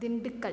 Dindigul